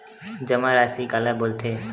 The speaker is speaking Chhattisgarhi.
जमा राशि काला बोलथे?